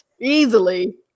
easily